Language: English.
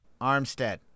Armstead